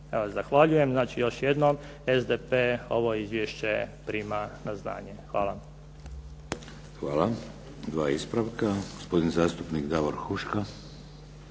zahvaljujem, znači još jednom, SDP ovo izvješće prima na znanje. Hvala. **Šeks, Vladimir (HDZ)** Hvala. Dva ispravka. Gospodin zastupnik Davor Huška.